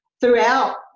throughout